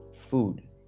food